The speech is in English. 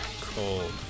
Cold